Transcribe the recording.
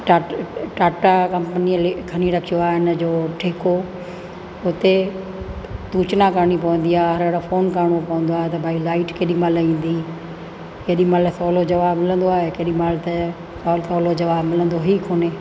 टा टाटा कंपनी लेखनी रखियो आहे इन जो ठेको हुते सूचना करिणी पवंदी आहे हर वारी फोन करिणो पवंदो आहे भाई लाइट कंहिं महिल ईंदी हेॾीमहिल फोन जो जवाबु न मिलंदो आहे केॾीमहिल त कोई कॉल जो जवाबु मिलंदो ई कोने